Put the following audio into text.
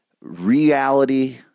reality